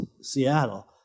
Seattle